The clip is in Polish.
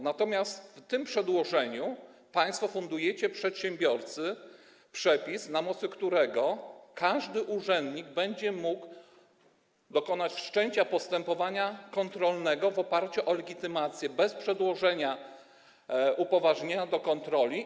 Natomiast w tym przedłożeniu państwo fundujecie przedsiębiorcy przepis, na mocy którego każdy urzędnik będzie mógł dokonać wszczęcia postępowania kontrolnego w oparciu o legitymację bez przedłożenia upoważnienia do kontroli.